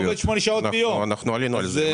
עלינו על זה.